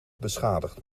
beschadigd